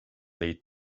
lead